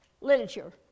literature